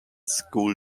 school